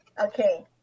Okay